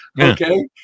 Okay